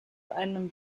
einem